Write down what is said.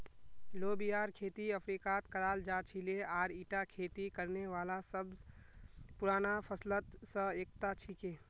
लोबियार खेती अफ्रीकात कराल जा छिले आर ईटा खेती करने वाला सब स पुराना फसलत स एकता छिके